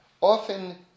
often